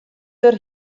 der